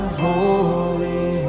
holy